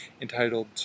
entitled